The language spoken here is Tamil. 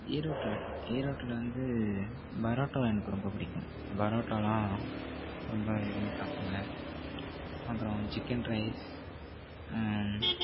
ஈரோட்டு ஈரோட்டில் வந்து பரோட்டா எனக்கு ரொம்ப பிடிக்கும் பரோட்டாவெலாம் ரொம்ப விரும்பி சாப்பிடுவேன் அப்புறம் சிக்கன் ரைஸ்